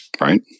Right